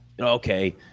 okay